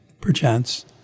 perchance